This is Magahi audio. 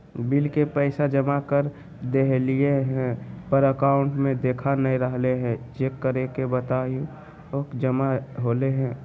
बिल के पैसा जमा कर देलियाय है पर अकाउंट में देखा नय रहले है, चेक करके बताहो जमा होले है?